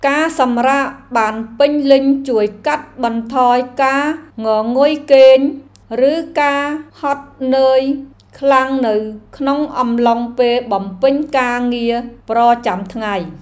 ការសម្រាកបានពេញលេញជួយកាត់បន្ថយការងងុយគេង ឬការហត់នឿយខ្លាំងនៅក្នុងអំឡុងពេលបំពេញការងារប្រចាំថ្ងៃ។